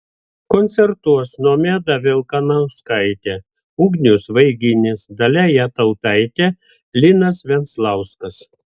koncertuos nomeda vilkanauskaitė ugnius vaiginis dalia jatautaitė linas venclauskas